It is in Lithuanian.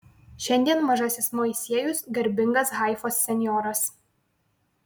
šiandien mažasis moisiejus garbingas haifos senjoras